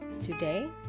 today